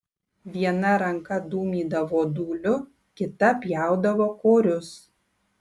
viena ranka dūmydavo dūliu kita pjaudavo korius